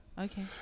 Okay